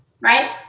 right